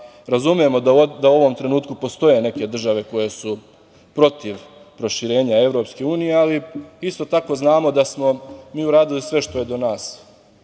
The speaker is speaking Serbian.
razumemo da u ovom trenutku postoje neke države koje su protiv proširenja Evropske unije, ali isto tako znamo da smo mi uradili sve što je do